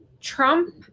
Trump